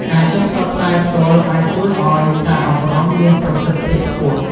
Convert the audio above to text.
ការចុះផ្សព្វផ្សាយផ្ទាល់អាចជួយឱ្យសារអប់រំមានប្រសិទ្ធភាពខ្ពស់។